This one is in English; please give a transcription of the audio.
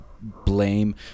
blame